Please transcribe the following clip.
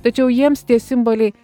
tačiau jiems tie simboliai